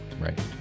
Right